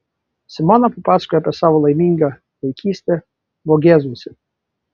simona papasakojo apie savo laimingą vaikystę vogėzuose